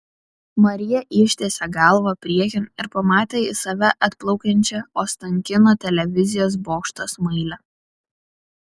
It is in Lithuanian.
marija ištiesė galvą priekin ir pamatė į save atplaukiančią ostankino televizijos bokšto smailę